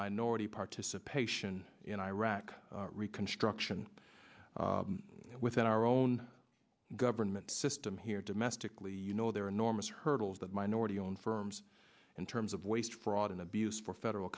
minority participation in iraq reconstruction within our own government system here domestically you know there are enormous hurdles that minority owned firms in terms of waste fraud and abuse for federal